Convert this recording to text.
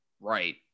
Right